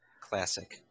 Classic